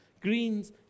Greens